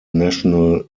national